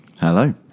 Hello